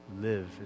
Live